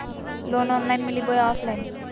Loan online मिली बोया offline?